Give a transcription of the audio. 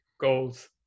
goals